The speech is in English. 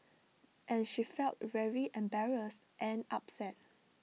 and she felt very embarrassed and upset